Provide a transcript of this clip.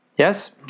Yes